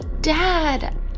dad